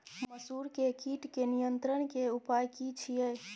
मसूर के कीट के नियंत्रण के उपाय की छिये?